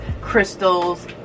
crystals